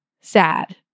sad